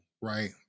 right